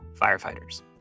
firefighters